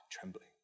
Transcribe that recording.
trembling